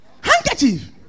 Handkerchief